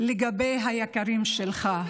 לגבי היקרים שלך.